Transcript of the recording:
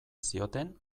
zioten